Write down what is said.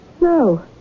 No